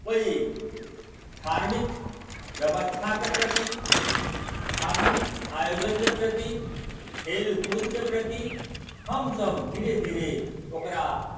ओहि धार्मिक व्यवस्थाके प्रति धार्मिक आयोजनकेँ प्रति खेलकुदकेँ प्रति हमसभ धीरे धीरे ओकरा